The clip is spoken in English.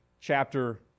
chapter